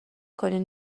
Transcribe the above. کنین